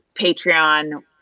Patreon